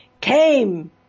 came